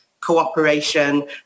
cooperation